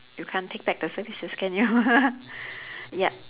you can't take back the services can you yup